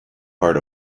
part